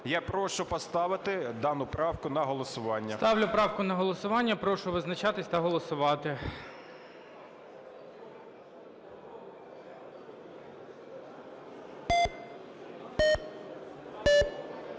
Я прошу поставити дану правку на голосування. ГОЛОВУЮЧИЙ. Ставлю правку на голосування. Прошу визначатись та голосувати.